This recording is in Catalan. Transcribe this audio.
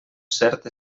cert